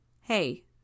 Hey